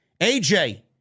AJ